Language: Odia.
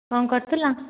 କ'ଣ କରୁଥିଲ